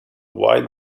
wide